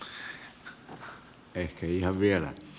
ehkä ei ihan vielä